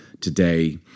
Today